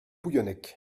bouillonnec